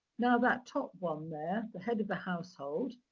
now, that top one there, the head of the household,